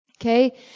Okay